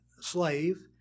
slave